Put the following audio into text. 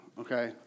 okay